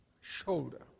shoulder